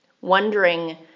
wondering